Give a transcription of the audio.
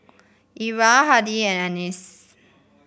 Era Hardy and Annis